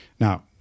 Now